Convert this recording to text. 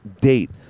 date